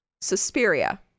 Suspiria